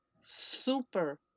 super